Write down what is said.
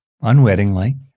unwittingly